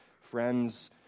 Friends